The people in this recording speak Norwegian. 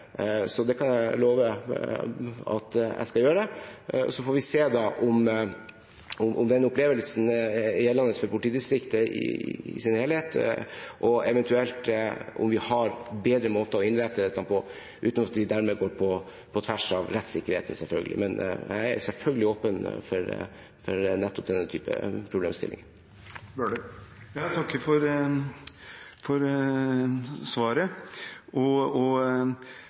så det kan jeg love at jeg skal gjøre. Så får vi se om den opplevelsen er gjeldende for politidistriktet i sin helhet, og eventuelt om vi har bedre måter å innrette dette på, selvfølgelig uten at vi dermed går på tvers av rettssikkerheten. Jeg er selvfølgelig åpen for nettopp denne typen problemstillinger. Jeg takker for svaret og